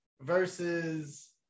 versus